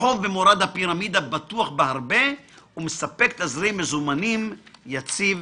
החוב במורד הפירמידה בטוח בהרבה ומספק תזרים מזומנים יציב